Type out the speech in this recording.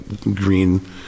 green